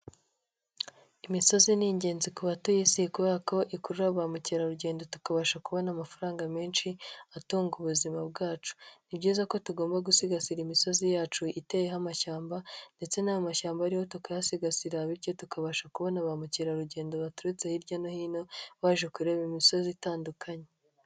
Imisozi ni ingenzi ku batuye isi kuberaka ikurura ba mukerarugendo tukabasha kubona amafaranga menshi atunga ubuzima bwacu, ni byiza ko tugomba gusigasira imisozi yacu iteyeho amashyamba ndetse n'ayo mashyamba ariho tukayasigasira bityo tukabasha kubona ba mukerarugendo baturutse hirya no hino, baje kureba imisozi itandukanye.